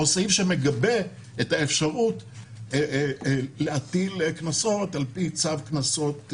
או סעיף שמגבה את האפשרות להטיל קנסות על פי צו קנסות,